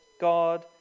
God